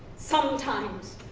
sometimes,